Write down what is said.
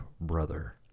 brother